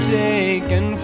taken